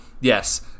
yes